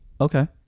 Okay